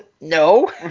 No